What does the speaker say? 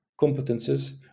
competences